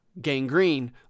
gangrene